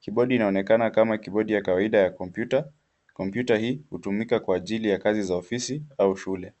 Kibodi inaonekana kama kibodi ya kawaida ya kompyuta. Kompyuta hii hutumika kwa ajili ya kazi za ofisi au shule.